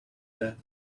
that